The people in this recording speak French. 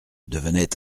devenait